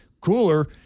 Cooler